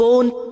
Born